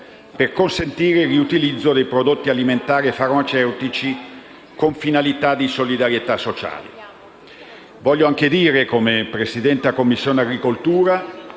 per consentire il riutilizzo dei prodotti alimentari e farmaceutici con finalità di solidarietà sociale. Voglio anche dire, come Presidente della Commissione agricoltura,